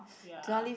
ya